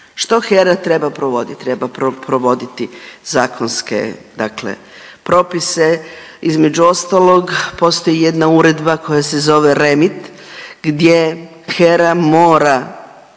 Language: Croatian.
Što HERA treba provoditi? Treba provoditi zakonske dakle propise između ostalog postoji jedna uredba koja se zove REMIT gdje HERA mora